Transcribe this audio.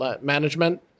management